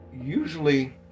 Usually